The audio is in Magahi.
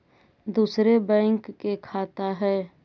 दुसरे बैंक के खाता हैं?